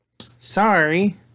sorry